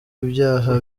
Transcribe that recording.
ibyaha